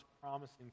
promising